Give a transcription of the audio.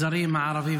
מודה.